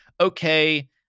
okay